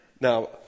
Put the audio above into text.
Now